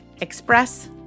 Express